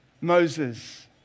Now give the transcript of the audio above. Moses